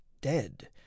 dead